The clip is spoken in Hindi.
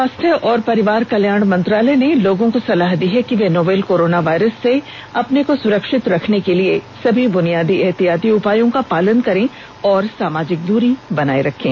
स्वास्थ्य और परिवार कल्याण मंत्रालय ने लोगों को सलाह दी है कि वे नोवल कोरोना वायरस से अपने को सुरक्षित रखने के लिए सभी बुनियादी एहतियाती उपायों का पालन करें और सामाजिक दूरी बनाए रखें